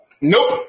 Nope